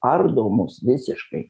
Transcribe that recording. ardo mus visiškai